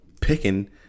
picking